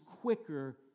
quicker